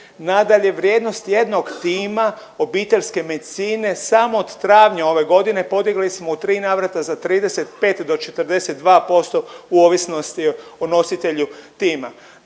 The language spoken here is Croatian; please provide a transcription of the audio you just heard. Nadalje, vrijednost jednog tima obiteljske medicine samo od travnja ove godine podigli smo u tri navrata za 35 do 42% u ovisnosti o nositelju tima.